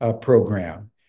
program